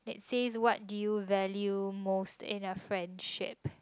says what did you value most in a friendship